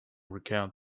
recount